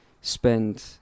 spend